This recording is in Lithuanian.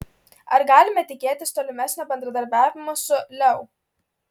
ar galime tikėtis tolimesnio bendradarbiavimo su leu